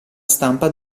stampa